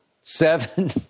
Seven